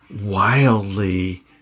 wildly